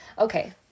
Okay